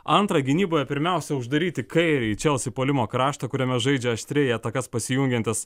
antra gynyboje pirmiausia uždaryti kairįjį chelsea puolimo kraštą kuriame žaidžia aštriai į atakas pasijungiantis